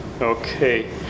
Okay